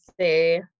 see